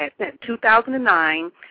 2009